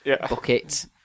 bucket